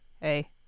hey